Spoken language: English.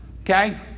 Okay